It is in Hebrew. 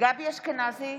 גבי אשכנזי,